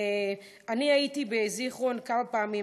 אני הייתי בזיכרון כמה פעמים,